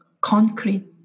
concrete